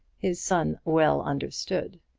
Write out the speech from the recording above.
his son well understood.